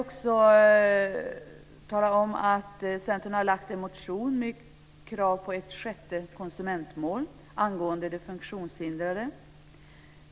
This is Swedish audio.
Centerpartiet har lagt en motion med krav på ett sjätte konsumentmål angående de funktionshindrade.